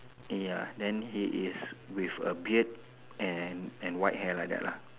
ya then he is with a beard and and white hair like that lah